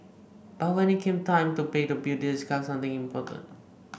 but when it came time to pay the bill they discovered something important